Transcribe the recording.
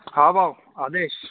हा भाउ आदेश